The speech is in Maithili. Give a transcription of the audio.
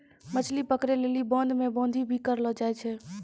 मछली पकड़ै लेली बांध मे बांधी भी करलो जाय छै